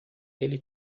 ele